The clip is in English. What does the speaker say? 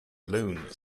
alone